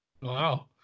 Wow